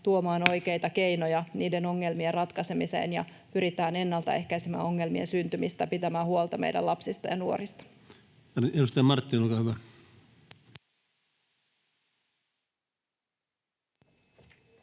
tuomaan oikeita keinoja niiden ongelmien ratkaisemiseen ja pyritään ennaltaehkäisemään ongelmien syntymistä, pitämään huolta meidän lapsista ja nuorista. Edustaja Marttinen, olkaa hyvä.